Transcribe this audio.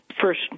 first